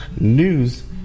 news